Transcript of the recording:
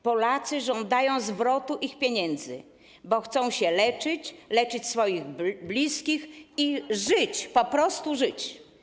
Polacy żądają zwrotu swoich pieniędzy, bo chcą się leczyć, leczyć swoich bliski i żyć, po prostu żyć.